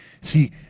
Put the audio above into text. See